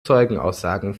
zeugenaussagen